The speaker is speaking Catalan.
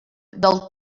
del